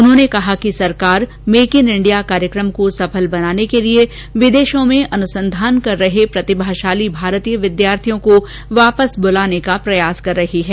उन्होंने कहा कि सरकार मेक इन इंडिया कार्यक्रम को सफल बनाने के लिए विदेशों में अनुसंधान कर रहे प्रतिभाशाली भारतीय विद्यार्थियों को वापस बुलाने की कोशिश कर रही है